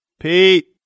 Pete